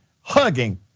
Hugging